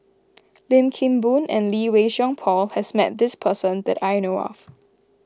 Lim Kim Boon and Lee Wei Song Paul has met this person that I know of